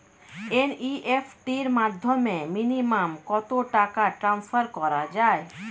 NEFT র মাধ্যমে minimum কত টাকা টান্সফার করা যায়?